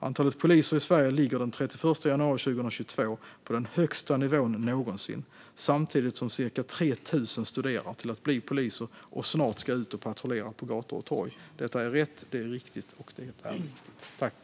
Antalet poliser i Sverige låg den 31 januari 2022 på den högsta nivån någonsin samtidigt som cirka 3 000 studerar till att bli poliser och snart ska ut och patrullera på gator och torg. Detta är rätt, riktigt och viktigt.